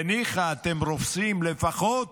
וניחא אתם רופסים, לפחות